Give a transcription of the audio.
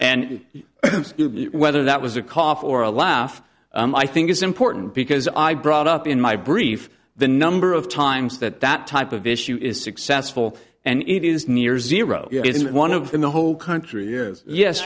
and whether that was a cough or a laugh i think is important because i brought up in my brief the number of times that that type of issue is successful and it is near zero is one of them the whole country